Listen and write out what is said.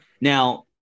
Now